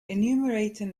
enumerating